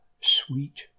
sweet